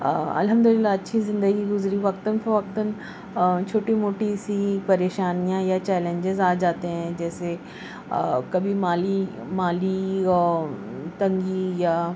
الحمداللہ اچھی زندگی گذری وقتاً فوقتاً چھوٹی موٹی سی پریشانیاں یا چیلنجیز آ جا تے ہیں جیسے کبھی مالی مالی تنگی یا